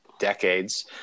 Decades